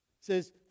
says